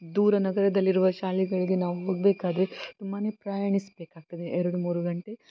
ದೂರ ನಗರದಲ್ಲಿರುವ ಶಾಲೆಗಳಿಗೆ ನಾವು ಹೋಗಬೇಕಾದ್ರೆ ತುಂಬಾ ಪ್ರಯಾಣಿಸಬೇಕಾಗ್ತದೆ ಎರಡು ಮೂರು ಗಂಟೆ